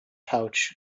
pouch